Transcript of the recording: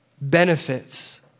benefits